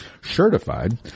certified